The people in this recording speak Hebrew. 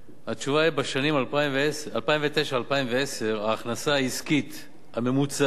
התשובה היא: בשנים 2009 2010 ההכנסה העסקית הממוצעת של כל